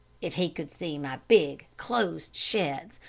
if he could see my big, closed sheds,